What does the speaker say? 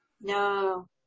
No